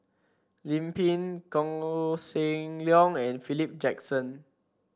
Lim Pin Koh Seng Leong and Philip Jackson